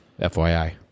FYI